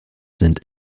sind